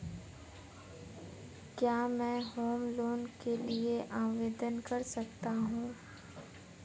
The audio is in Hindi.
क्या मैं होम लोंन के लिए आवेदन कर सकता हूं?